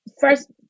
first